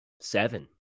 Seven